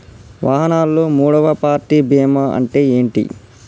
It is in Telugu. వాహనాల్లో మూడవ పార్టీ బీమా అంటే ఏంటి?